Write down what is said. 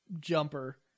Jumper